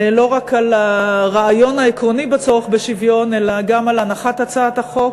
לא רק על הרעיון העקרוני בצורך בשוויון אלא גם על הנחת הצעת החוק